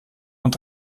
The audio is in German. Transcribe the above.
und